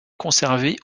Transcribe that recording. conservée